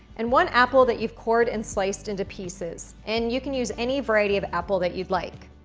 and one apple that you've cored and sliced into pieces and you can use any variety of apple that you'd like.